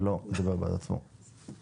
זה לא יהווה משום ניגוד עניינים.